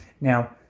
Now